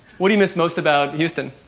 what do you miss most about houston?